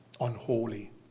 Unholy